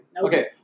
Okay